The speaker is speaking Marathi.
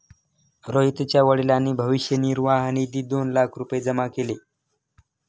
रोहितच्या वडिलांनी भविष्य निर्वाह निधीत दोन लाख रुपये जमा केले